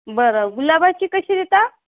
बरं गुलाबाची कशी देता